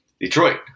Detroit